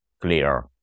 clear